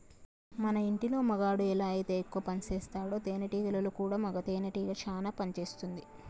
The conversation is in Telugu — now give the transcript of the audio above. మన ఇంటిలో మగాడు ఎలా అయితే ఎక్కువ పనిసేస్తాడో తేనేటీగలలో కూడా మగ తేనెటీగ చానా పని చేస్తుంది